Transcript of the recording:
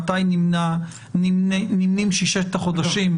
ממתי נמנים ששת החודשים.